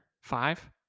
Five